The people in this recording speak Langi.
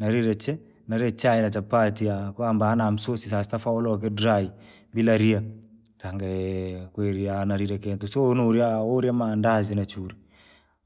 Nariri chee, narire chai na chapatti yaa kwamba hana msosi sasita faauloke, bila ria, tanga kweri norire kentu sonaria hoo maandazi nachuri.